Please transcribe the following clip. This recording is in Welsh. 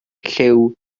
llyw